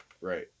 right